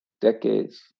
decades